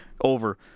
over